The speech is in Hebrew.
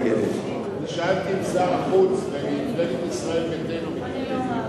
שאלתי אם שר החוץ ממפלגת ישראל ביתנו מתנגד.